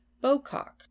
Bocock